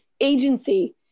agency